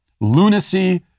Lunacy